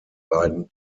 beiden